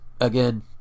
again